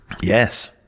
yes